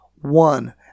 one